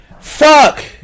Fuck